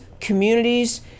communities